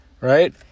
right